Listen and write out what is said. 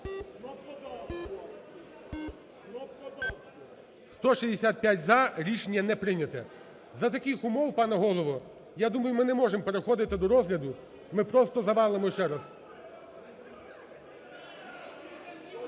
За-165 Рішення не прийнято. За таких умов, пане голово, я думаю, ми не можемо переходити до розгляду, ми просто завалимо ще раз.